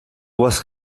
was